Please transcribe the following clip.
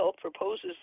proposes